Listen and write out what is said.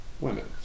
women